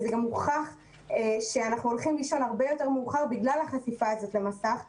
וגם הוכח שאנחנו הולכים לישון הרבה יותר מאוחר בגלל החשיפה הזאת למסך.